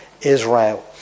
Israel